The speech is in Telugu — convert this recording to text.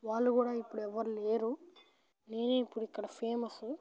వాళ్ళు కూడా ఇప్పుడు ఎవరు లేరు నేను ఇప్పుడు ఇక్కడ ఫేమస్